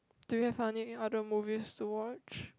do you have any other movies to watch